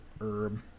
herb